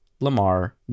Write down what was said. Lamar